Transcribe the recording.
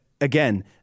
Again